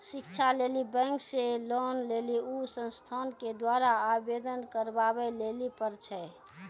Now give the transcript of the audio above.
शिक्षा लेली बैंक से लोन लेली उ संस्थान के द्वारा आवेदन करबाबै लेली पर छै?